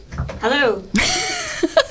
Hello